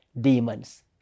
demons